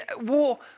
war